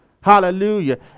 Hallelujah